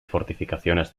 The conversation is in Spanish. fortificaciones